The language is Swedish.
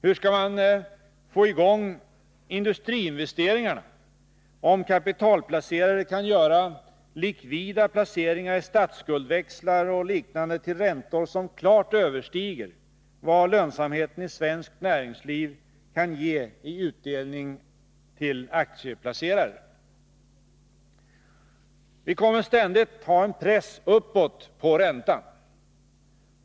Hur skall man få i gång industriinvesteringarna om kapitalplacerare kan göra likvida placeringar i statskuldväxlar och liknande till räntor som klart överstiger vad lönsamheten i svenskt näringsliv kan ge i utdelning till aktieplacerare? Vi kommer ständigt att ha en press uppåt på räntan.